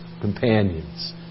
companions